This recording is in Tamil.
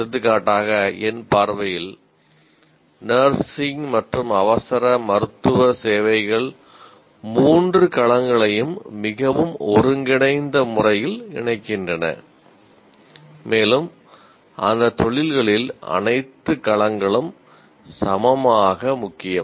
எடுத்துக்காட்டாக என் பார்வையில் நர்சிங் மற்றும் அவசர மருத்துவ சேவைகள் மூன்று களங்களையும் மிகவும் ஒருங்கிணைந்த முறையில் இணைக்கின்றன மேலும் அந்தத் தொழில்களில் அனைத்து களங்களும் சமமாக முக்கியம்